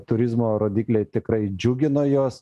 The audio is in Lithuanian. turizmo rodikliai tikrai džiugino juos